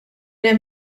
hemm